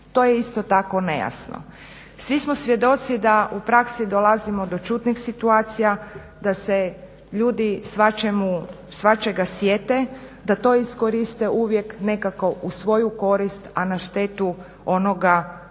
To je isto tako nejasno. Svi smo svjedoci da u praksi dolazimo do čudnih situacija, da se ljudi svačega sjete, da to iskoriste uvijek nekako u svoju korist a na štetu onoga koga